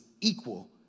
equal